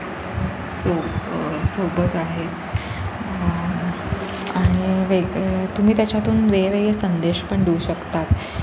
so सो सोबत आहे आणि वेग तुम्ही त्याच्यातून वेगवेगळे संदेश पण देऊ शकतात